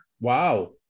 Wow